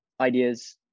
ideas